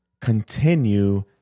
continue